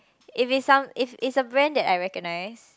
if it's some it's it's a brand that I recognize